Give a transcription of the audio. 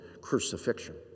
crucifixion